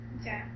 Okay